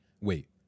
wait